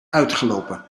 uitgelopen